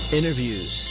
Interviews